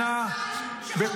אני יוצאת נגד צמרת צה"ל,